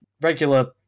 regular